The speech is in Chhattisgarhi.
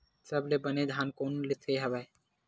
सबले बने धान कोन से हवय?